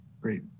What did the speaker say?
Great